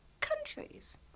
countries